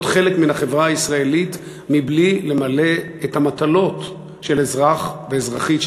להיות חלק מן החברה הישראלית מבלי למלא את המטלות של אזרח ואזרחית,